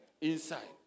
inside